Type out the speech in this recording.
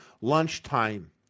lunchtime